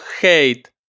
hate